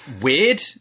weird